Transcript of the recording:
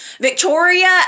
Victoria